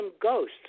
ghosts